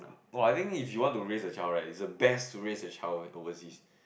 no I think if you want to raise a child right is the best to raise a child overseas